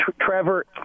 Trevor